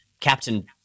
Captain